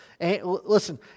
Listen